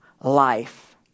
life